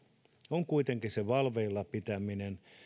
on kuitenkin se valveilla pitäminen